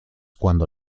cuando